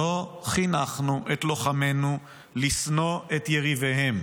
לא חינכנו את לוחמינו לשנוא את יריביהם,